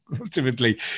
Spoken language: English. Ultimately